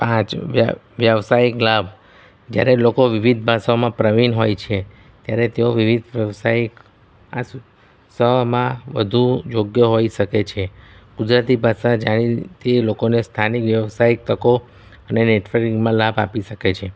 આ જ વ્યવસાયિક લાભ જ્યારે લોકો વિવિધ ભાષાઓમાં પ્રવિણ હોય છે ત્યારે તેઓ વિવિધ વ્યવસાયિક માં વધુ યોગ્ય હોય શકે છે કુદરતી ભાષા જ્યારે તે લોકોને સ્થાનિક વ્યવસાયિક તકો અને નેટવર્કિંગમાં લાભ આપી શકે છે